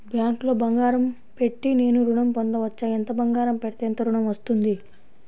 బ్యాంక్లో బంగారం పెట్టి నేను ఋణం పొందవచ్చా? ఎంత బంగారం పెడితే ఎంత ఋణం వస్తుంది?